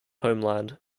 homeland